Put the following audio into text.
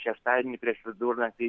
šeštadienį prieš vidurnaktį